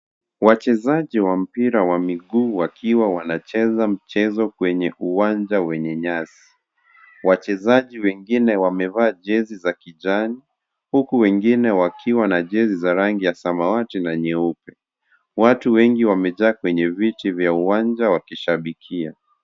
Wachezaji wa mpira wa miguu wakiwa wanacheza mchezo kwenye uwanja wenye nyasi, wachezajibwengine wamevaa jersey za kijani huku wengine wakiwa na jersey za rangi ya samawati na nyeupe, watu wengi wamejaa kwenye viti vya uwanja wakishabikia.